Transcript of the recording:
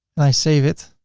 and i save it,